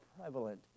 prevalent